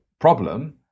problem